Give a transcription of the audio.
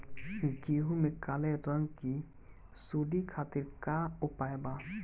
गेहूँ में काले रंग की सूड़ी खातिर का उपाय बा?